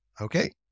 Okay